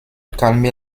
calmer